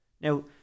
Now